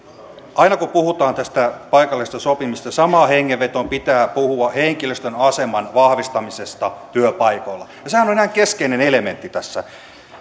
aina kun puhutaan tästä paikallisesta sopimisesta samaan hengenvetoon pitää puhua henkilöstön aseman vahvistamisesta työpaikoilla ja sehän on ihan keskeinen elementti tässä